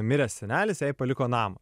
miręs senelis jai paliko namą